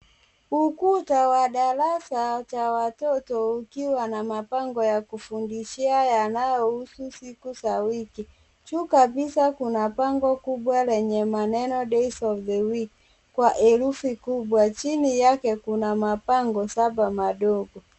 Ukuta wa darasa la watoto ukiwa na mabango ya kufundishia yanayohusu siku za wiki. Juu kabisa kuna bango kubwa lenye maneno DAYS OF THE WEEK kwa herufi kubwa. Chini yake kuna mabango saba madogo.